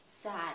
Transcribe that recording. sad